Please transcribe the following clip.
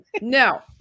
No